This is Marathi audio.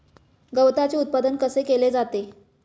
गवताचे उत्पादन कसे केले जाते?